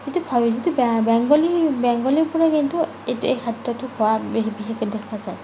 কিন্তু বেংগলী বেংগলীৰ পৰা কিন্তু এই খাদ্যটো খোৱা বিশেষকৈ দেখা যায়